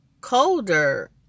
colder